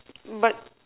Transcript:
but